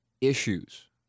issues